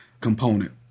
component